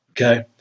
okay